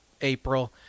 April –